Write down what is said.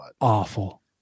Awful